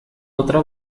otra